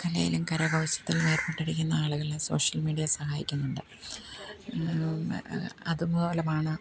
കലയിലും കരകൗശലത്തിലും ഏർപ്പെട്ടിരിക്കുന്ന ആളുകൾ സോഷ്യൽ മീഡിയ സഹായിക്കുന്നുണ്ട് അതുപോലെയാണ്